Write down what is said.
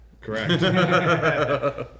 Correct